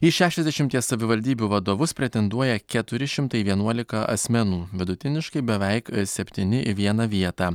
į šešiasdešimties savivaldybių vadovus pretenduoja keturi šimtai vienuolika asmenų vidutiniškai beveik septyni į vieną vietą